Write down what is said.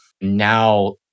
now